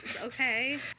okay